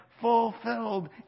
fulfilled